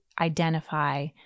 identify